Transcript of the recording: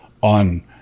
on